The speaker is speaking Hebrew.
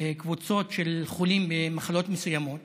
קבוצות של חולים במחלות מסוימות